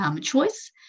choice